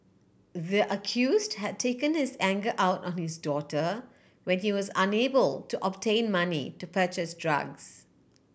the accused had taken his anger out on his daughter when he was unable to obtain money to purchase drugs